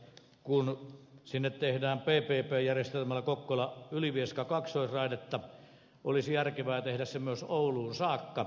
kun sinne tehdään tällä hetkellä ppp järjestelmällä kokkolaylivieska kaksoisrai detta olisi järkevää tehdä se myös ouluun saakka